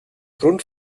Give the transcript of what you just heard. grund